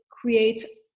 creates